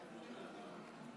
(חותם על ההצהרה)